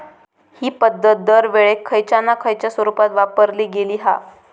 हि पध्दत दरवेळेक खयच्या ना खयच्या स्वरुपात वापरली गेली हा